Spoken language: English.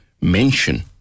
mention